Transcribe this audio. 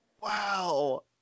Wow